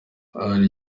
ahari